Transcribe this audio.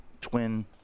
twin